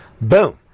Boom